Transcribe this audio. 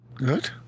good